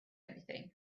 anything